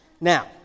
Now